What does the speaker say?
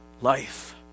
Life